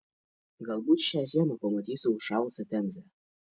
galbūt šią žiemą pamatysiu užšalusią temzę